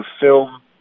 film